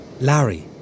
Larry